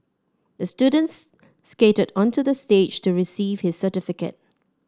the students skated onto the stage to receive his certificate